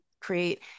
create